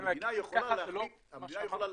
המדינה יכולה להחליט